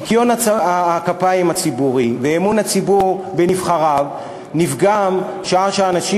ניקיון הכפיים הציבורי ואמון הציבור בנבחריו נפגם שעה שאנשים